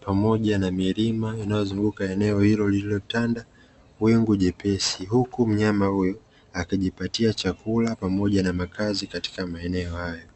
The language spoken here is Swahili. pamoja na milima, inayozunguka eneo hilo lililotanda wingu jepesi huku mnyama huyo akijipatia chakula pamoja na makazi katika maeneo haya.